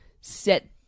set